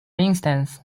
instance